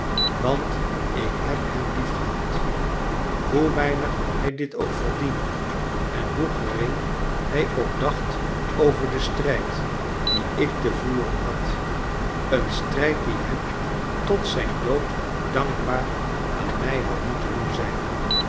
want ik heb hem liefgehad hoe weinig hij dit ook verdiende en hoe gering hij ook dacht over den strijd dien ik te voeren had een strijd die hem tot zijn dood dankbaar aan mij had moeten doen zijn